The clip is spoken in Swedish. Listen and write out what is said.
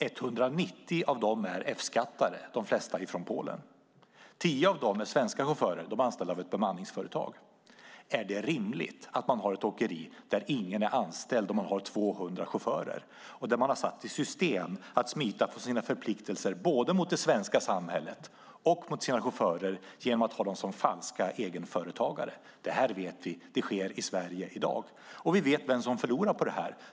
190 av dessa är F-skattade - de flesta ifrån Polen. 10 av chaufförerna är svenskar som är anställda av ett bemanningsföretag. Är det rimligt att man har ett åkeri där ingen är anställd samtidigt som man har 200 chaufförer? Är det rimligt att man har satt i system att smita från sina förpliktelser både mot det svenska samhället och mot sina chaufförer genom att ha dem som falska egenföretagare? Detta vet vi sker i Sverige i dag. Och vi vet vem som förlorar på det här.